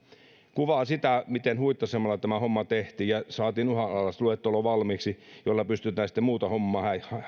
kuvaa sitä miten huitaisemalla tämä homma tehtiin ja saatiin valmiiksi uhanalaisluettelo jolla pystytään sitten muuta hommaa